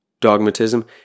Dogmatism